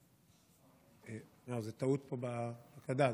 זו טעות בהקלדה,